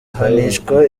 ahanishwa